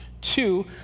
Two